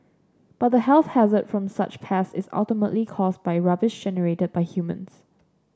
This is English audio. but the health hazard from such pests is ultimately caused by rubbish generated by humans